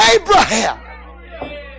Abraham